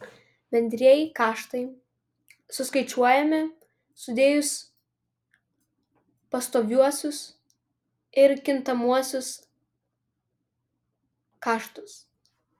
bendrieji kaštai suskaičiuojami sudėjus pastoviuosius ir kintamuosius kaštus